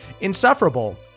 insufferable